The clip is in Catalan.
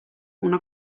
una